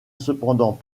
cependant